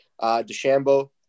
Deshambo